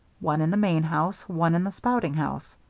one in the main house, one in the spouting house.